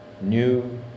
new